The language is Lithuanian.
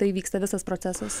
tai vyksta visas procesas